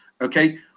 okay